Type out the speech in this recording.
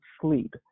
sleep